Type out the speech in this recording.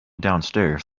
downstairs